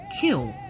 kill